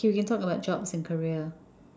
okay we can talk about jobs and career